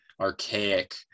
archaic